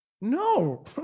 No